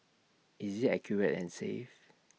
is IT accurate and safe